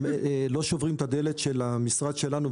לא שוברים את הדלת של המשרד שלנו,